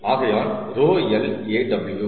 ஆகையால் ρl Aw